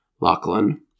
Lachlan